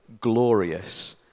glorious